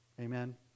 Amen